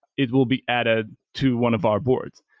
it will be added to one of our boards.